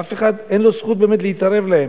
ואף אחד אין לו זכות באמת להתערב להם.